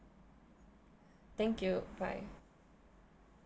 thank you bye